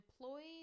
employees